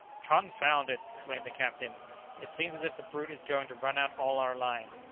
confound it! exclaimed the captain it seems as if the brute is going to run out all our line.